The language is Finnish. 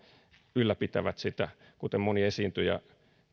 ylläpitävät sitä kuten moni esiintyjä